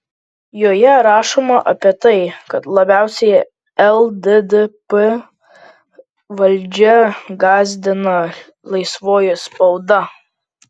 joje rašoma apie tai kad labiausiai lddp valdžią gąsdina laisvoji spauda